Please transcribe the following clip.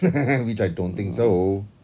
which I don't think so